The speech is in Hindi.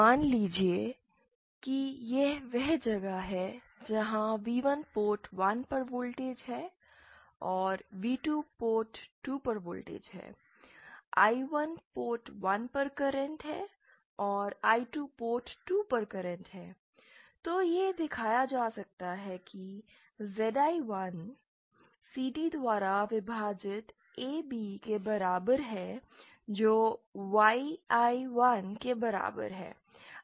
मान लीजिए कि यह वह जगह है जहां v1 पोर्ट 1 पर वोल्टेज है और v2 पोर्ट 2 पर वोल्टेज है I1 पोर्ट 1 पर करंट है और I2 पोर्ट 2 पर करंट है तो यह दिखाया जा सकता है कि ZI1 CD द्वारा विभाजित AB के बराबर है जो Y11 के बराबर है